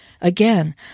Again